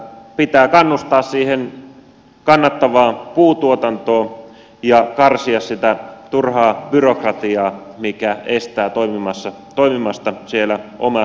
pitää kannustaa siihen kannattavaan puutuotantoon ja karsia sitä turhaa byrokratiaa mikä estää toimimasta siellä omilla maillaan